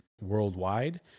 worldwide